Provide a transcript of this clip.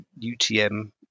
UTM